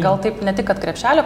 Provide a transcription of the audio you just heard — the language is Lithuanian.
gal taip ne tik kad krepšelio